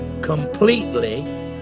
completely